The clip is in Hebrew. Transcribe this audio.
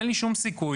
אין לו שום סיכוי,